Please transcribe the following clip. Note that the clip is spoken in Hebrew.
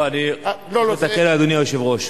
לא, צריך לתקן, אדוני היושב-ראש.